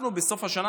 אנחנו בסוף השנה,